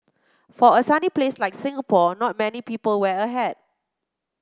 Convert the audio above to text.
for a sunny place like Singapore not many people wear a hat